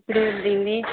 ఇదొద్దండి